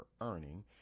earning